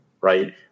right